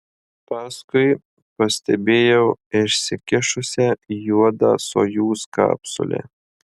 paskui pastebėjo išsikišusią juodą sojuz kapsulę